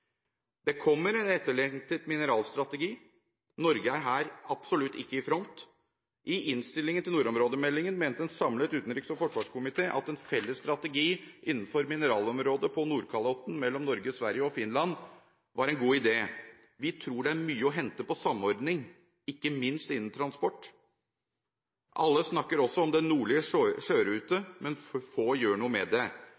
Det kommer en etterlengtet mineralstrategi. Norge er her absolutt ikke i front. I innstillingen til nordområdemeldingen mente en samlet utenriks- og forsvarskomité at en felles strategi innenfor mineralområdet på Nordkalotten mellom Norge, Sverige og Finland var en god idé. Vi tror det er mye å hente på samordning, ikke minst innen transport. Alle snakker også om den nordlige sjørute,